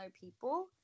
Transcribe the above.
people